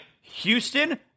Houston